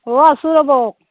অ' আছোঁ ৰ'ব